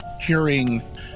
curing